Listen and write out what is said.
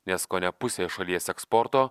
nes kone pusė šalies eksporto